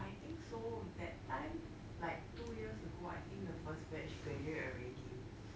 I think so that time like two years ago I think the first batch graduate already